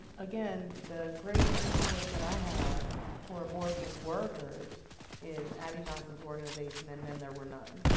again, the great resource that i have for abortion workers is abby johnson's organization and then there were none.